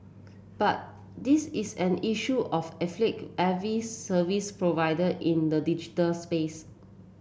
but this is an issue of afflict every service provider in the digital space